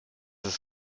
ist